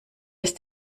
ist